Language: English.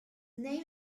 name